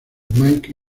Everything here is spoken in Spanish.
mike